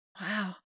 wow